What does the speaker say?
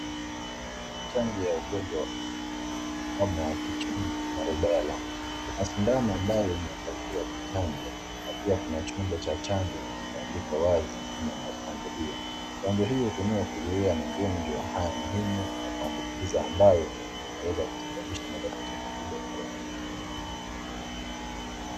Chanjo ya ugonjwa wa homa ya kichum na rubela. Kuna sindano ambayo imeandaliwa kuchanja na pia kuna chombo cha chanjo kimeandikwa wazi jina la chanjo hiyo. Chanjo hiyo hutumiwa kuzuia magonjwa haya muhimu ya kuambukiza ambayo yanaweza kusababisha matatizo makubwa kiafya.